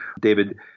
David